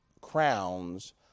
crowns